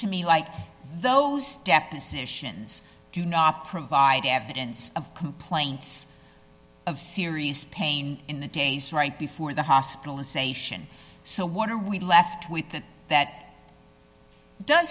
to me like those depositions do not provide evidence of complaints of serious pain in the days right before the hospitalization so what are we left with that that